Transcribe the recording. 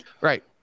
Right